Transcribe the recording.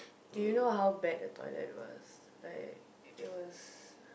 do you know how bad the toilet was like it was